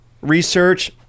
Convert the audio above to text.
research